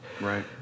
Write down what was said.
Right